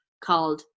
called